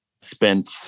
spent